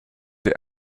the